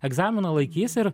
egzaminą laikys ir